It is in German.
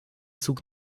zug